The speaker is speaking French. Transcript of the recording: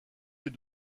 les